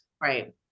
Right